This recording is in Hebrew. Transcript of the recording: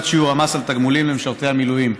שיעור המס על תגמולים למשרתי המילואים).